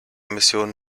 mission